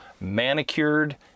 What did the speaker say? manicured